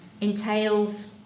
entails